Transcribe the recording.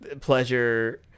pleasure